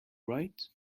right